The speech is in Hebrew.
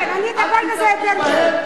כן, אני אטפל בזה יותר טוב.